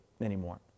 anymore